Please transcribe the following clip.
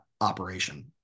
operation